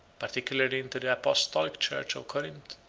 particularly into the apostolic church of corinth,